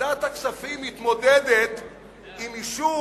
ועדת הכספים מתמודדת עם יישוב